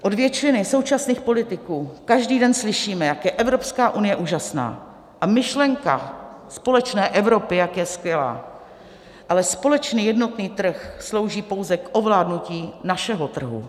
Od většiny současných politiků každý den slyšíme, jak je Evropská unie úžasná a myšlenka společné Evropy jak je skvělá, ale společný jednotný trh slouží pouze k ovládnutí našeho trhu.